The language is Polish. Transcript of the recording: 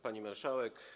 Pani Marszałek!